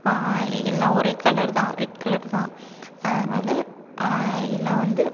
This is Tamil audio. எல்லாம் ஒரே கலர் தான் ரெட் கலர் தான் அதனால் எல்லாம் வந்து